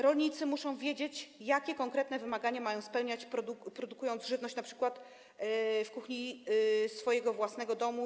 Rolnicy muszą wiedzieć, jakie konkretne wymagania mają spełnić, produkując żywność, np. w kuchni swojego własnego domu.